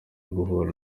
uguhura